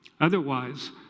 Otherwise